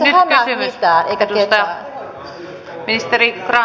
se ei hämää mitään eikä ketään